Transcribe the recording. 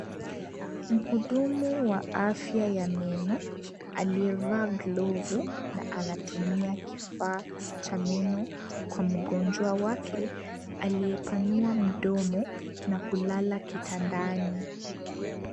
Mhudumu wa afya ya meno, aliyevaa glovu na anatumia kifaa cha meno kwa mgonjwa wake, aliyepanua mdomo na kulala kitandani.